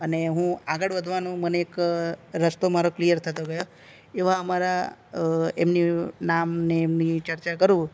અને હું આગળ વધવાનું મને એક રસ્તો મારો ક્લિયર થતો ગયો એવા અમારા એમની નામ ને એમની ચર્ચા કરું